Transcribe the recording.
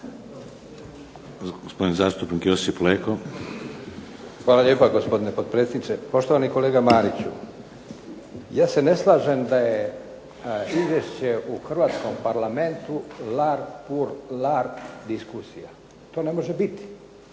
Gospodin zastupnik Josip Leko. **Leko, Josip (SDP)** Hvala lijepa gospodine potpredsjedniče. Poštovani kolega Mariću, ja se ne slažem da je izvješće u hrvatskom parlamentu "lar puer lar" diskusija, to ne može biti.